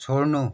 छोड्नु